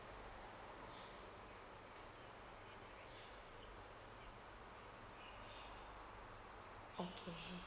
okay